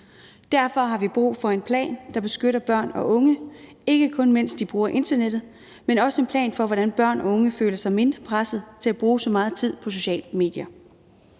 Derfor har vi brug for en plan, der beskytter børn og unge, ikke kun mens de bruger internettet, men også en plan for, hvordan børn og unge føler sig mindre presset til at bruge så meget tid på sociale medier.